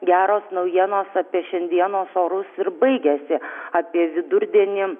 geros naujienos apie šiandienos orus ir baigiasi apie vidurdienį